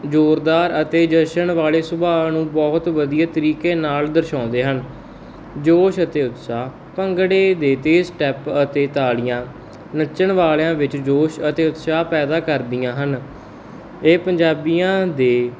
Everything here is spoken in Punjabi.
ਜੋਰਦਾਰ ਅਤੇ ਜਸ਼ਨ ਵਾਲੇ ਸੁਭਾਅ ਨੂੰ ਬਹੁਤ ਵਧੀਆ ਤਰੀਕੇ ਨਾਲ ਦਰਸਾਉਂਦੇ ਹਨ ਜੋਸ਼ ਅਤੇ ਉਤਸ਼ਾਹ ਭੰਗੜੇ ਦੇ ਅਤੇ ਸਟੈਪ ਅਤੇ ਤਾੜੀਆਂ ਨੱਚਣ ਵਾਲਿਆਂ ਵਿੱਚ ਜੋਸ਼ ਅਤੇ ਉਤਸ਼ਾਹ ਪੈਦਾ ਕਰਦੀਆਂ ਹਨ ਇਹ ਪੰਜਾਬੀਆਂ ਦੇ